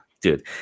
dude